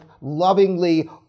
lovingly